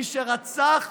מי שרצח,